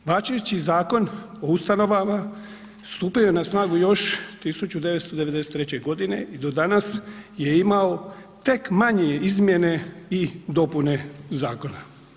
Važeći Zakon o ustanovama stupaju na snagu još 1993. g. i do danas je imao tek manje izmjene i dopune zakona.